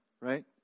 right